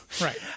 right